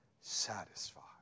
satisfied